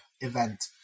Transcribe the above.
event